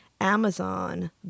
Amazon